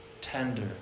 tender